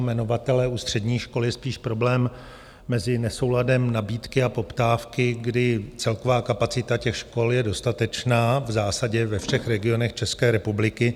U středních škol je spíš problém mezi nesouladem nabídky a poptávky, kdy celková kapacita škol je dostatečná v zásadě ve všech regionech České republiky.